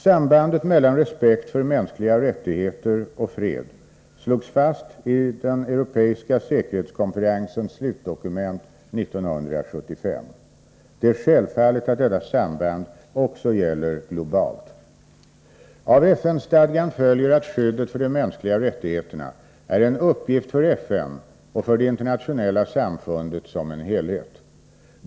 Sambandet mellan respekt för mänskliga rättigheter och fred slogs fast i den europeiska säkerhetskonferensens slutdokument 1975. Det är självklart att detta samband också gäller globalt. Av FN-stadgan följer att skyddet för de mänskliga rättigheterna är en uppgift för FN och för det internationella samfundet som en helhet.